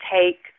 take